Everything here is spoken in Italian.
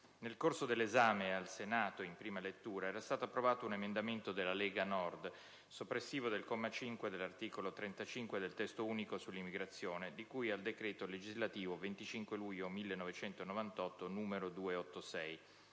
nel corso dell'esame al Senato in prima lettura, era stato approvato un emendamento della Lega Nord soppressivo del comma 5 dell'articolo 35 del testo unico sull'immigrazione di cui al decreto legislativo 25 luglio 1998, n. 286,